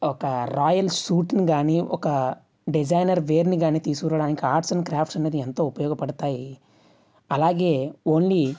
ఒక రాయల్ సూటును కానీ ఒక డిజైనర్ వేర్ని కానీ తీసుకురావడానికి ఆర్ట్స్ అండ్ క్రాఫ్ట్స్ అనేది ఎంతో ఉపయోగపడతాయి అలాగే ఓన్లీ